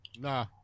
Nah